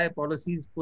policies